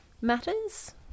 matters